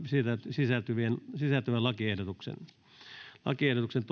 sisältyvät lakiehdotukset lakiehdotukset